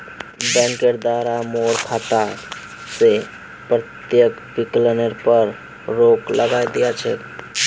बैंकेर द्वारे मोर खाता स प्रत्यक्ष विकलनेर पर रोक लगइ दिल छ